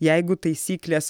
jeigu taisyklės